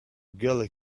gully